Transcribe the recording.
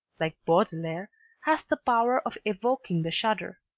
like baudelaire, has the power of evoking the shudder.